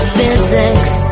Physics